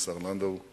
השר לנדאו,